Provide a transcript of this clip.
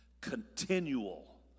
continual